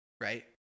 Right